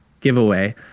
giveaway